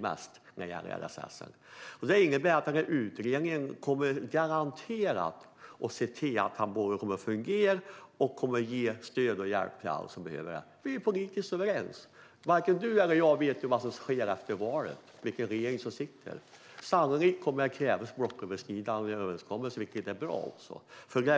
varandra när det gäller att ge mest till LSS. Utredningen kommer garanterat att se till att det hela kommer att fungera och att ge stöd och hjälp åt alla som behöver det. Vi är ju politiskt överens. Varken du eller jag vet vad som ska gälla efter valet och vilken regering det blir då. Sannolikt kommer det att krävas blocköverskridande överenskommelser, vilket är bra.